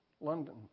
London